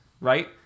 right